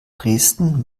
dresden